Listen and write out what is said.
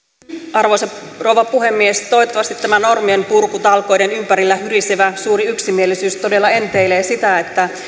arvoisa rouva puhemies toivottavasti tämä normienpurkutalkoiden ympärillä hyrisevä suuri yksimielisyys todella enteilee sitä että